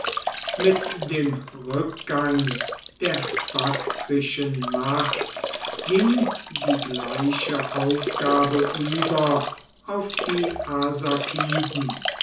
mit dem rückgang der baktrischen macht ging die gleiche aufgabe über auf die